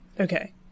Okay